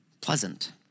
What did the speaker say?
pleasant